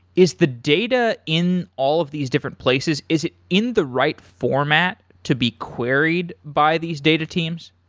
is the data in all of these different places, is it in the right format to be queried by these data teams?